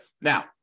Now